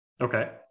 Okay